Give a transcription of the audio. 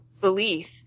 belief